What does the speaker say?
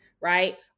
Right